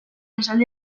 esaldi